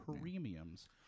premiums